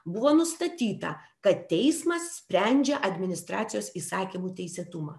buvo nustatyta kad teismas sprendžia administracijos įsakymų teisėtumą